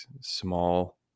small